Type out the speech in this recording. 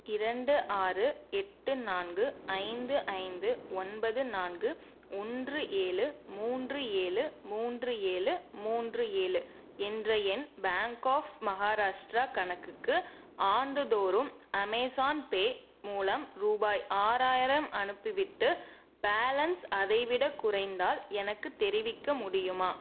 இரண்டு ஆறு எட்டு நான்கு ஐந்து ஐந்து ஒன்பது நான்கு ஒன்று ஏழு மூன்று ஏழு மூன்று ஏழு மூன்று ஏழு என்ற என் பேங்க் ஆஃப் மகாராஷ்ட்ரா கணக்குக்கு ஆண்டுதோறும் அமேஸான் பே மூலம் ரூபாய் ஆறாயிரம் அனுப்பிவிட்டு பேலன்ஸ் அதைவிடக் குறைந்தால் எனக்குத் தெரிவிக்க முடியுமா